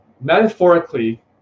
metaphorically